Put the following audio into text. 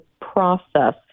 process